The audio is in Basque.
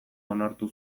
onartu